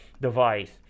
device